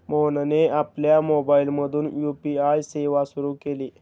मोहनने आपल्या मोबाइलमधून यू.पी.आय सेवा सुरू केली